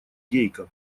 гейка